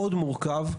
מאוד מורכב,